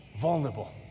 vulnerable